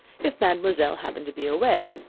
if mademoiselle happened to be away,